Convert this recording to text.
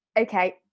Okay